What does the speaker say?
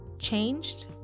changed